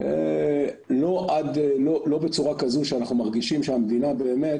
לא בצורה כזו שאנחנו מרגישים שהמדינה באמת